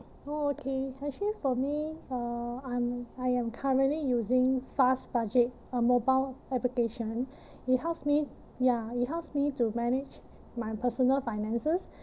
oh okay actually for me uh I'm I am currently using fast budget a mobile application it helps me ya it helps me to manage my personal finances